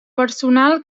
personal